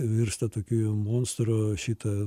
virsta tokiu jau monstru šita